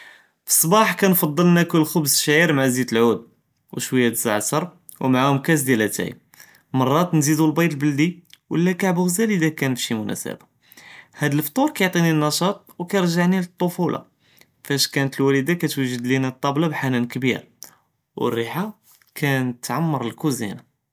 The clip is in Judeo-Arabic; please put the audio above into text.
פצבאח כנפדל נאכל כ׳בר אלשעיר מע זית אלעוד ושוויה אלזעת׳ר מעאום כאס דיאל לאתאי، מראתו נזיד אלביד אלבלדי ולא כאב ע׳זאל אלא כאן פשי מונאסבה، הדא לפטור כירזעני לטפות׳ולה, כאנת אלוולדה כתוג׳ד לינה אלטבלה בחנאן כביר ואלריחה כאנת תעמ׳ר אלכוזינה.